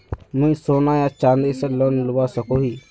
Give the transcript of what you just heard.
मुई सोना या चाँदी से लोन लुबा सकोहो ही?